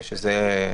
שם.